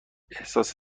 احساس